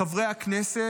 "חברי הכנסת,